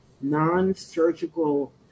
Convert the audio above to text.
non-surgical